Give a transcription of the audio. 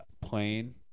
Plane